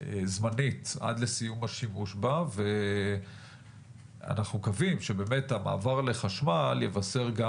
זמנית עד לסיום השימוש בה ואנחנו מקווים שבאמת המעבר לחשמל יבשר גם